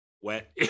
wet